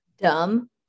Dumb